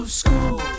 school